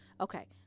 Okay